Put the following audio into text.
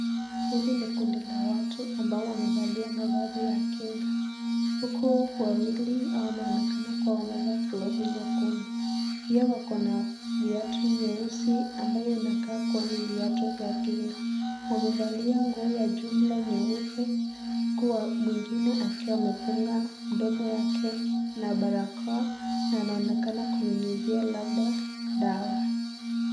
Hili ni kundi la watu ambao wamevalia mafasi ya kinga, huku wawili wanaonekana kuwa wamevaa glovu nyekundu pia wakona viatu nyeusi ambayo inakaa ni viatu vya kinga wamevalia nguo jumla ya nyeupe huku mwingine amefunga mndomo wake na barakoa na anaonekana kunyunyisia labda dawa.